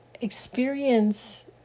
experience